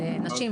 לנשים,